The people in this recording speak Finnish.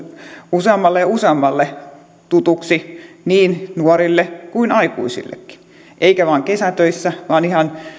useammalle ja useammalle tutuksi niin nuorille kuin aikuisillekin eikä vain kesätöissä vaan ihan